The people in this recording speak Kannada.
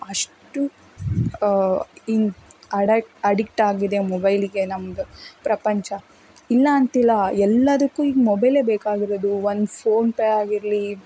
ಅಷ್ಟು ಇನ್ ಅಡಕ್ ಅಡಿಕ್ಟಾಗಿದೆ ಮೊಬೈಲಿಗೆ ನಮ್ದು ಪ್ರಪಂಚ ಇಲ್ಲ ಅಂತಿಲ್ಲ ಎಲ್ಲದಕ್ಕೂ ಈಗ ಮೊಬೈಲೇ ಬೇಕಾಗಿರೋದು ಒಂದು ಫೋನ್ಪೇ ಆಗಿರಲಿ